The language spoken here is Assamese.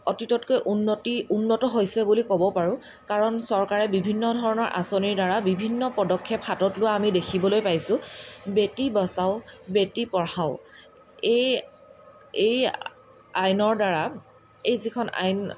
অতীততকৈ উন্নতি উন্নত হৈছে বুলি ক'ব পাৰোঁ কাৰণ চৰকাৰে বিভিন্ন ধৰণৰ আঁচনিৰ দ্বাৰা বিভিন্ন পদক্ষেপ হাতত লোৱা আমি দেখিবলৈ পাইছোঁ বেটী বচাও বেটী পঢ়াও এই এই আইনৰ দ্বাৰা এই যিখন আইন